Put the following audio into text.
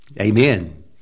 Amen